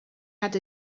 had